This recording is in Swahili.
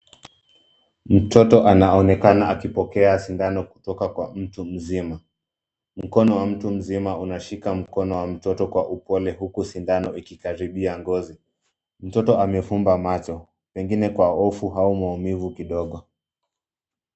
Mtoto anaonekana akipokea sidano kutoka kwa mtu mzima, mkono wa mtu mzima unashika mkono wa mtoto kwa upole uku sidano ikikaripia ngozi, mtoto amefumba macho pengine kwa hofu au maumivu kidogo